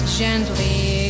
gently